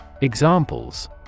Examples